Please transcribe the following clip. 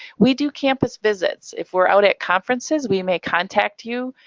we do campus visits. if we're out at conferences we may contact you,